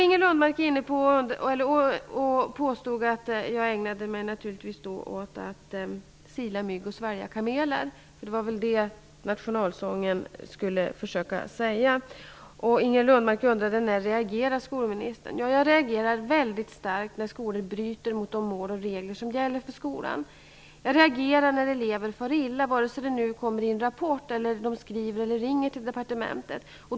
Inger Lundberg påstod att jag ägnade mig åt att sila mygg och svälja kameler. Det var väl det hon försökte säga med exemplet om nationalsången. Inger Lundberg undrade: När reagerar skolministern? Jag reagerar mycket starkt när skolor bryter mot de mål och regler som gäller för skolan. Jag reagerar när elever far illa, vare sig det kommer en rapport eller barn skriver eller ringer till departementet.